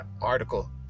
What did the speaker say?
article